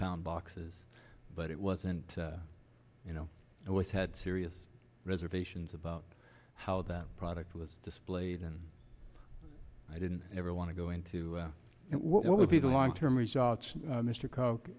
pound boxes but it wasn't you know i always had serious reservations about how that product was displayed and i didn't ever want to go into what would be the long term results